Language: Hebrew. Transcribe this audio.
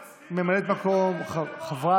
טוב,